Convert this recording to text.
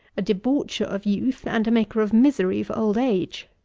a debaucher of youth, and a maker of misery for old age.